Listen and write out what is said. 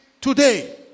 today